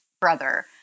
brother